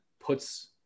puts